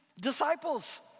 disciples